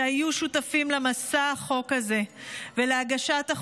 שהיו שותפים למסע החוק הזה ולהגשתו,